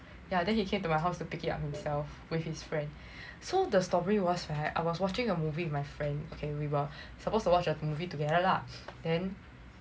yeah then he came to my house to pick it up himself with his friend so the story was right I was watching a movie with my friend okay we were supposed to watch a movie together lah then